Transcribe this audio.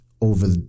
over